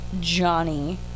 Johnny